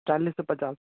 चालीस से पचास